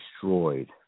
destroyed